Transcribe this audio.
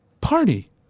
party